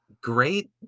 Great